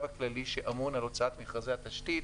הכללי שאמון על הוצאות מכרזי התשתית